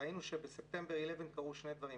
וראינו שקרו שני דברים.